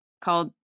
called